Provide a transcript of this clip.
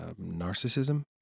narcissism